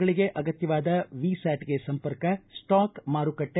ಗಳಗೆ ಅಗತ್ಯವಾದ ವಿ ಸ್ಕಾಟ್ ಸಂಪರ್ಕ ಸ್ಟಾಕ್ ಮಾರುಕಟ್ಟೆ